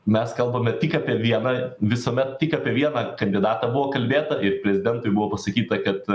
mes kalbame tik apie vieną visuomet tik apie vieną kandidatą buvo kalbėta ir prezidentui buvo pasakyta kad